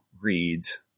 reads